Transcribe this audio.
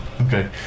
Okay